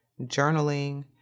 journaling